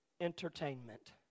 entertainment